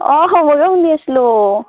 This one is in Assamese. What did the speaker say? অঁ খবৰে শুনি আছিলোঁ